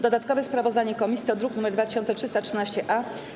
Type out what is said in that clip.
Dodatkowe sprawozdanie komisji to druk nr 2313-A.